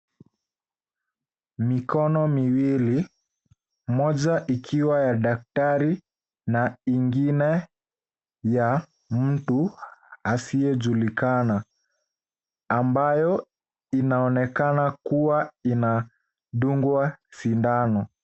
Mikono miwili moja ikiwa ya daktari ingine ya mtu asiyejulikana. Ambayo inaonekana kuwa inadungwa sindano.